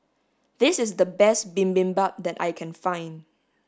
this is the best bibimbap that I can find